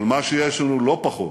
אבל מה שיש לנו לא פחות